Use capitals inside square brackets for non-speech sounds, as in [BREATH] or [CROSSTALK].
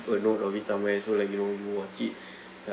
know of it somewhere so like you know you watch it [BREATH]